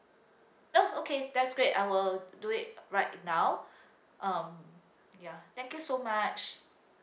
oh okay that's great I will do it right now um ya thank you so much